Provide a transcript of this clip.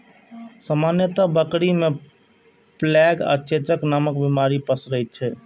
सामान्यतः बकरी मे प्लेग आ चेचक नामक बीमारी पसरै छै